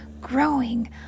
growing